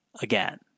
again